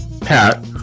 Pat